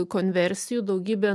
konversijų daugybė